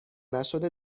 نشده